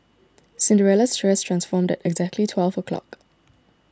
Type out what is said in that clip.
Cinderella's dress transformed exactly at twelve o'clock